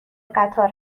قطار